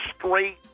straight